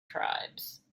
tribes